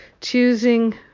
choosing